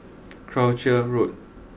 Croucher Road